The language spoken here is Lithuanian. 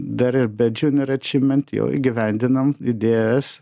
dar ir be junior achievement jau įgyvendinom idėjas